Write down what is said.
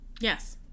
Yes